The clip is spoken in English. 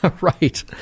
Right